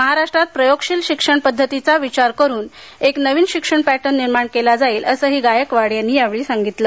महाराष्ट्रात प्रयोगशील शिक्षण पद्धतीचा विचार करून एक नवीन पॅटर्न निर्माण केला जाईल असही गायकवाड यांनी या वेळी सांगितलं